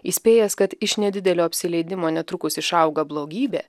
įspėjęs kad iš nedidelio apsileidimo netrukus išauga blogybė